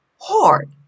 hard